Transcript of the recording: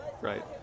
Right